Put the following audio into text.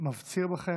מפציר בכם: